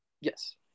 Yes